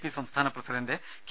P സംസ്ഥാന president K